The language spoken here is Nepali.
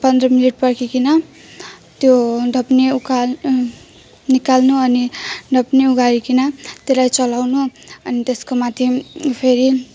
पन्ध्र मिनट पर्खिकन त्यो ढकनी उघा निकाल्नु अनि ढकनी उघारीकन त्यसलाई चलाउनु अनि त्यसको माथि फेरि